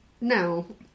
No